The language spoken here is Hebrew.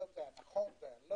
אם זה היה נכון או לא,